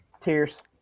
Tears